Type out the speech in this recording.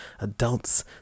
adults